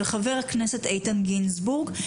של חבר הכנסת איתן גינזבורג.